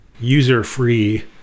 user-free